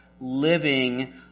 living